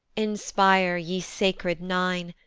inspire, ye sacred nine,